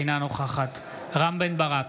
אינה נוכחת רם בן ברק,